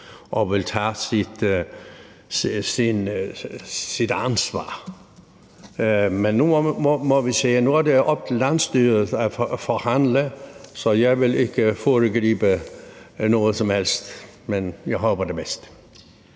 som vil tage sit ansvar på sig. Men nu må vi se. Nu er det op til landsstyret at forhandle, så jeg vil ikke foregribe noget som helst, men jeg håber det bedste.